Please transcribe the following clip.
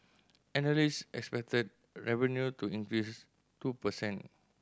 analyst expected revenue to increase two per cent